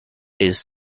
its